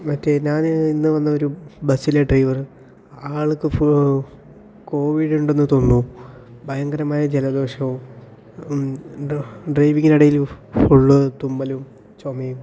മറ്റേ ഞാൻ ഇന്ന് വന്ന ഒരു ബസ്സിലെ ഡ്രൈവറ് ആള്ക്ക് കോവിഡ് ഉണ്ടെന്ന് തോന്നുന്നു ഭയങ്കരമായ ജലദോഷവും ഡ ഡ്രൈവിങിനിടയിൽ ഉള്ള തുമ്മലും ചുമയും